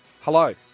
hello